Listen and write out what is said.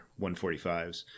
145s